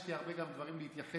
גם יש לי הרבה דברים להתייחס